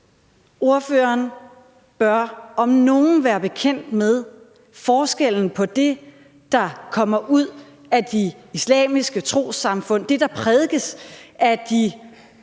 Ordføreren bør om nogen være bekendt med forskellen på det, der kommer ud af de islamiske trossamfund – det, der prædikes af de